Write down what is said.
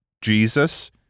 jesus